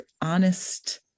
honest